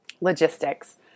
logistics